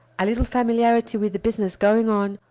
a little familiarity with the business going on,